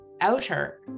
outer